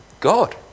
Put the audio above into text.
God